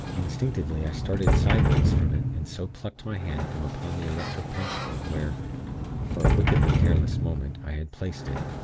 instinctively, i started sideways from it, and so plucked my hand from upon the electric pentacle, where for a wickedly careless moment i had placed it.